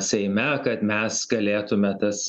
seime kad mes galėtume tas